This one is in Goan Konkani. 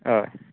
हय